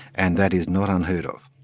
and that is not unheard-of.